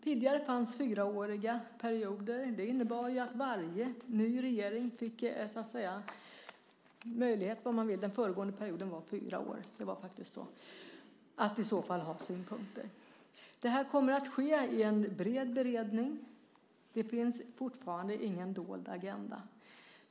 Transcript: Tidigare fanns fyraåriga perioder. Det innebar att varje ny regering så att säga fick möjlighet att ha synpunkter. Det här kommer att ske i en bred beredning. Det finns fortfarande ingen dold agenda.